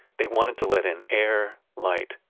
they wanted to let in air, light,